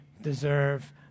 deserve